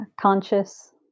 conscious